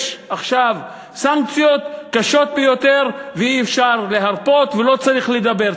יש עכשיו סנקציות קשות ביותר ואי-אפשר להרפות ולא צריך לדבר.